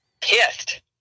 pissed